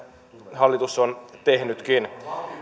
hallitus on tehnytkin